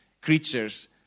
creatures